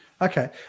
Okay